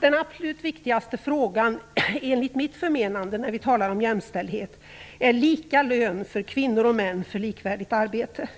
Den absolut viktigaste frågan när vi talar om jämställdhet är, enligt mitt förmenande, lika lön för kvinnor och män för likvärdigt arbete.